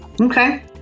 Okay